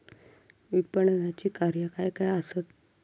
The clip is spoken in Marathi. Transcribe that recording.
विपणनाची कार्या काय काय आसत?